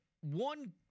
one